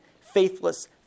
faithless